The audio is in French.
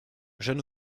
jeune